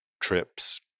trips